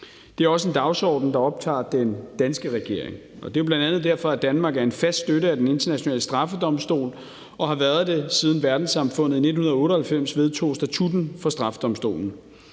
Det er også en dagsorden, der optager den danske regering, og det er bl.a. derfor, at Danmark er en fast støtte af Den Internationale Straffedomstol og har været det, siden verdenssamfundet i 1998 vedtog statutten for straffedomstolen.